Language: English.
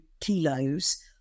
kilos